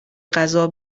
غذا